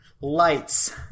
lights